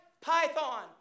python